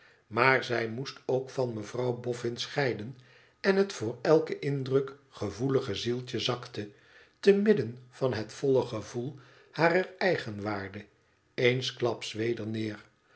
maar zij moest ook van mevrouw boffin scheiden en het voor eiken iddruk gevoelige zieltje zakte te midden van het volle gevoel harer eigenwaarde eensklaps weder neer